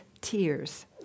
tears